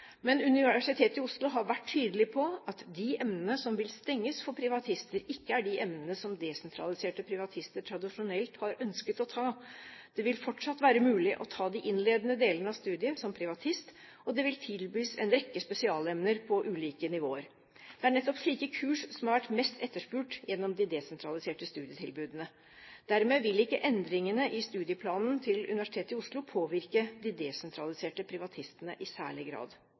Men Universitetet i Oslo har vært tydelig på at de emnene som vil stenges for privatister, ikke er de emnene som desentraliserte privatister tradisjonelt har ønsket å ta. Det vil fortsatt være mulig å ta de innledende delene av studiet som privatist, og det vil tilbys en rekke spesialemner på ulike nivåer. Det er nettopp slike kurs som har vært mest etterspurt gjennom de desentraliserte studietilbudene. Dermed vil ikke endringene i studieplanen til Universitetet i Oslo påvirke de desentraliserte privatistene i særlig grad.